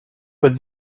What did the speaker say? but